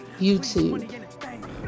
YouTube